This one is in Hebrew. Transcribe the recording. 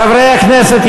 חברי הכנסת,